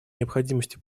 необходимостью